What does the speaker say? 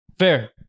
fair